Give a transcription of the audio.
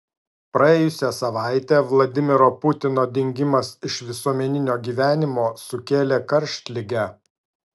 praėjusią savaitę vladimiro putino dingimas iš visuomeninio gyvenimo sukėlė karštligę